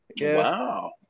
Wow